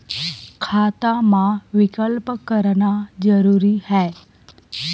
खाता मा विकल्प करना जरूरी है?